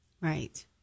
Right